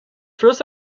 first